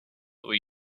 were